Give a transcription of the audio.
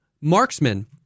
Marksman